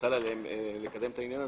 שמוטל לעליכם לקדם את העניין,